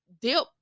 dip